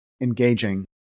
engaging